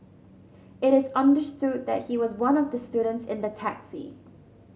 it is understood that he was one of the students in the taxi